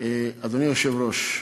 אדוני היושב-ראש,